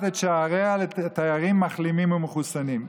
את שעריה לתיירים מחלימים או מחוסנים.